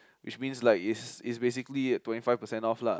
which means like is is basically twenty five percent off lah